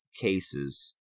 cases